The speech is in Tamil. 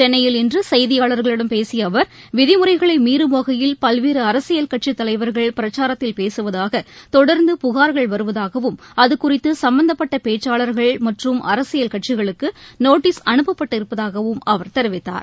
சென்னையில் இன்று செய்தியாளர்களிடம் பேசிய அவர் விதிமுறைகளை மீறும் வகையில் பல்வேறு அரசியல் கட்சித் தலைவர்கள் பிரச்சாரத்தில் பேசுவதாக தொடர்ந்து புகார்கள் வருவதாகவும் அதுகறித்து சம்பந்தப்பட்ட பேச்சாளர்கள் மற்றும் அரசியல் கட்சிகளுக்கு நோட்டீஸ் அனுப்பப்பட்டு இருப்பதாகவும் அவர் தெரிவித்தார்